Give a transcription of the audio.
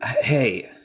Hey